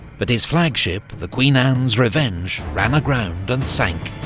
but his flagship, the queen anne's revenge, ran aground and sank.